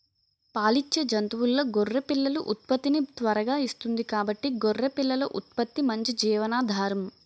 పాలిచ్చే జంతువుల్లో గొర్రె పిల్లలు ఉత్పత్తిని త్వరగా ఇస్తుంది కాబట్టి గొర్రె పిల్లల ఉత్పత్తి మంచి జీవనాధారం